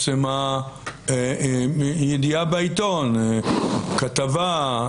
נניח שהתפרסמה ידיעה בעיתון, כתבה,